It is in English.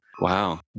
wow